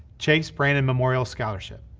chase brannon memorial scholarship.